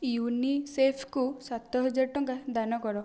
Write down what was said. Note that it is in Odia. ୟୁନିସେଫ୍କୁ ସାତହଜାର ଟଙ୍କା ଦାନ କର